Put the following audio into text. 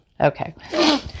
Okay